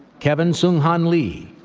kevin seunghan lee,